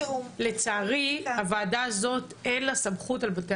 לצערי הוועדה הזאת אין לה סמכות על בתי